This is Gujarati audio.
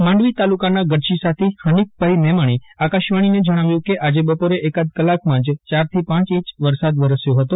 માંડવી તાલુકાના ગઢશીશાથી હનીફભાઈ મેમણે આકાશવાણીને જણાવ્યું કે આજે બપોરે એકાદ કલાકમાં જ યારથી પાંચ છંચ વરસાદ વરસ્યો હતો